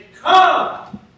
Come